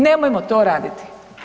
Nemojmo to raditi.